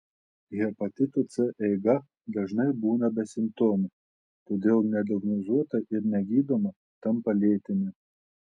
hepatito c eiga dažnai būna besimptomė todėl nediagnozuota ir negydoma tampa lėtine